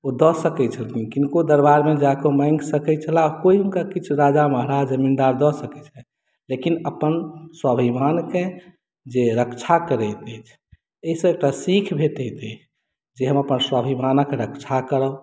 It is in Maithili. ओ दऽ सकै छलखिन किनको दरबारमे जा कऽ माङ्गि सकैत छलाह आ कोइ हुनका किछु राजा महाराजा जमीन्दार दऽ सकैत छलनि लेकिन अपन स्वामिभानके जे रक्षा करैत अछि एहिसँ एकटा सीख भेटैत अछि जे हम अपन स्वाभिमानक रक्षा करब